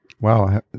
Wow